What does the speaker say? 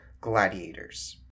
gladiators